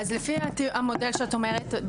אז לפי המודל שאת אומרת,